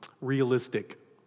realistic